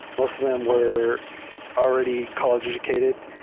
most of them were already college educated,